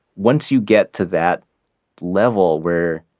once you get to that level where